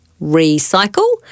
recycle